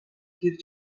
geri